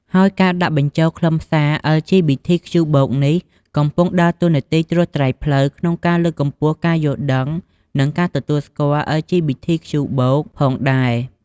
ហើយការដាក់បញ្ចូលខ្លឹមសារ អិល ជី ប៊ី ធី ខ្ជូ បូក (LGBTQ+)នេះកំពុងដើរតួនាទីត្រួសត្រាយផ្លូវក្នុងការលើកកម្ពស់ការយល់ដឹង និងការទទួលស្គាល់ អិល ជី ប៊ី ធី ខ្ជូ បូក (LGBTQ+)ផងដែរ។